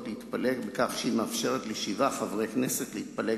להתפלג בכך שהן מאפשרות לשבעה חברי כנסת להתפלג